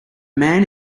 man